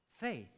faith